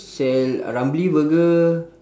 sell uh ramly burger